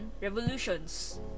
Revolutions